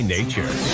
Nature